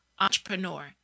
entrepreneur